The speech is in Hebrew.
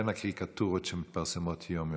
בין בקריקטורות שמתפרסמות יום-יום,